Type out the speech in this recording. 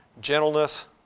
gentleness